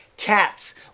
Cats